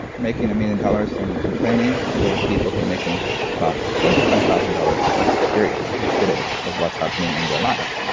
making a million dollars and complaining or your people who are making about twenty five thousand dollars but very appreciative of what's happening in their life?